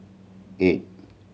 eight